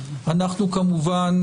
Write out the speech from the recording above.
אנחנו כמובן